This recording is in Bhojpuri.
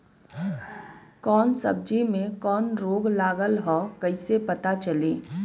कौनो सब्ज़ी में कवन रोग लागल ह कईसे पता चली?